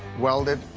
weld it,